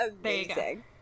amazing